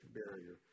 barrier